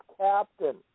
captain